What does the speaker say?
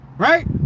right